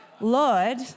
Lord